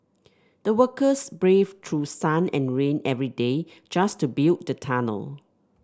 the workers braved through sun and rain every day just to build the tunnel